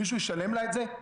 מישהו ישלם לה את זה?